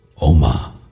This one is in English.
Oma